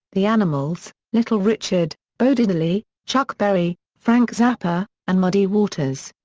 the animals, little richard, bo diddley, chuck berry, frank zappa, and muddy waters.